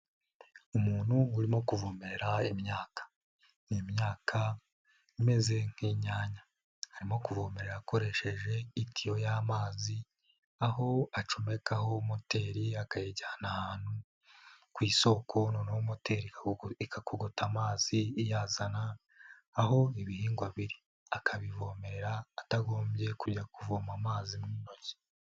Umuntu urimo kuvomerera imyaka. Ni imyaka imeze nk'inyanya. Arimo kuvomere akoresheje itiyo y'amazi aho acomekaho moteri akayijyana ahantu ku isoko, noneho moteri igakogota amazi iyazana aho ibihingwa biri. Akabivomerera atagombye kujya kuvoma amazi mu ntoki.